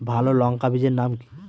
ভালো লঙ্কা বীজের নাম কি?